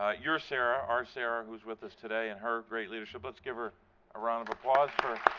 ah your sara, our sara who's with us today and her great leadership. let's give her a round of applause for